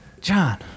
John